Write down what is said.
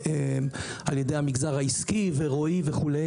על ידי המגזר העסקי ועל ידי רועי וכו'.